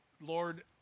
Lord